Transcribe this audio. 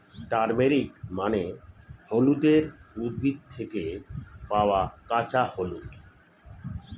turmeric মানে হলুদের উদ্ভিদ থেকে পাওয়া কাঁচা হলুদ